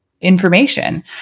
information